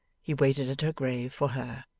he waited at her grave, for her.